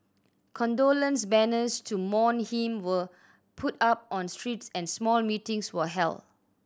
condolence banners to mourn him were put up on streets and small meetings were held